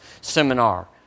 seminar